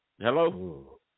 Hello